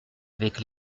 avec